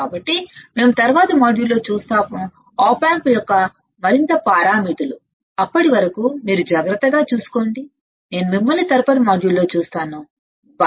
కాబట్టి మేము తరువాతి మాడ్యూల్లో చూస్తాము ఆప్ ఆంప్ యొక్క మరింత పారామితులు అప్పటి వరకు మీరు జాగ్రత్తగా చూసుకోండి నేను మిమ్మల్ని తదుపరి మాడ్యూల్లో చూస్తాను బై